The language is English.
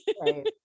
Right